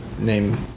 name